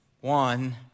one